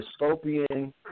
dystopian